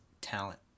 talent